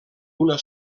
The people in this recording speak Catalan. una